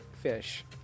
fish